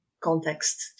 context